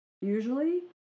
usually